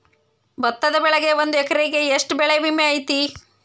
ಭತ್ತದ ಬೆಳಿಗೆ ಒಂದು ಎಕರೆಗೆ ಎಷ್ಟ ಬೆಳೆ ವಿಮೆ ಐತಿ?